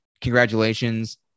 congratulations